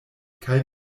kaj